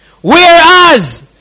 Whereas